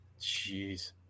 jeez